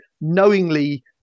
knowingly